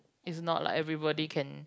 is not like everybody can